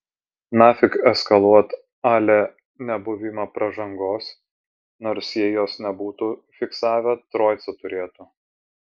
nafik eskaluot a le nebuvimą pražangos nors jei jos nebūtų fiksavę troicą turėtų